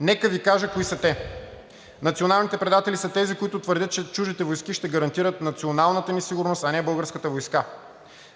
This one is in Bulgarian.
Нека Ви кажа кои са те. Националните предатели са тези, които твърдят, че чуждите войски ще гарантират националната ни сигурност, а не българската войска.